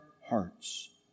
hearts